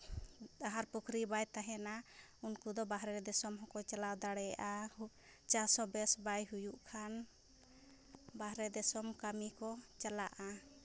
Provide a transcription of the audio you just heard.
ᱟᱦᱟᱨ ᱯᱩᱠᱷᱨᱤ ᱵᱟᱭ ᱛᱟᱦᱮᱱᱟ ᱩᱱᱠᱩ ᱫᱚ ᱵᱟᱦᱨᱮ ᱫᱤᱥᱚᱢ ᱦᱚᱸ ᱠᱚ ᱪᱟᱞᱟᱣ ᱫᱟᱲᱮᱭᱟᱜᱼᱟ ᱪᱟᱥ ᱦᱚᱸ ᱵᱮᱹᱥ ᱵᱟᱭ ᱦᱩᱭᱩᱜ ᱠᱷᱟᱱ ᱵᱟᱦᱨᱮ ᱫᱤᱥᱚᱢ ᱠᱟᱹᱢᱤ ᱠᱚ ᱪᱟᱞᱟᱜᱼᱟ